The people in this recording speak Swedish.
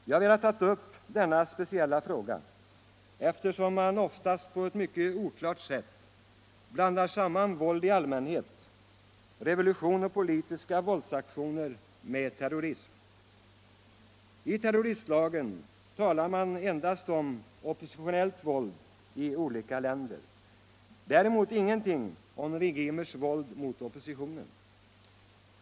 Jag har velat ta upp denna speciella fråga, eftersom man oftast på ett mycket oklart sätt blandar samman våld i allmänhet, revolution och politiska våldsaktioner med terrorism. I terroristlagen talas endast om oppositionellt våld i olika länder, däremot sägs ingenting om regimers våld mot oppositionen.